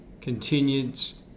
continues